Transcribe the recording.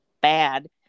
bad